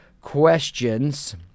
questions